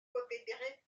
confédérée